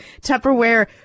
Tupperware